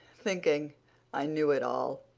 thinking i knew it all,